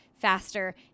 faster